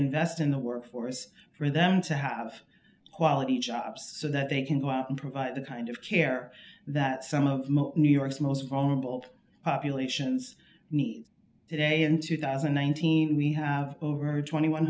invest in the workforce for them to have quality jobs so that they can go out and provide the kind of care that some of new york's most vulnerable populations need today in two thousand and nineteen we have over tw